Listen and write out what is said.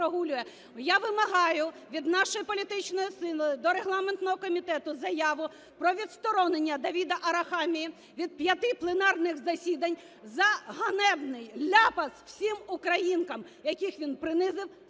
Я вимагаю від нашої політичної сили до регламентного комітету заяву про відсторонення Давида Арахамії від п'яти пленарних засідань за ганебний ляпас всім українкам, яких він принизив своєю